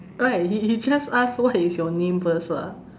right he he just ask what is your name first ah